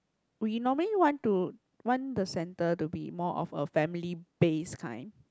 we normally want to want the center to be more of a family base kind